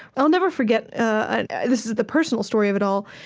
i'll never forget ah this is the personal story of it all,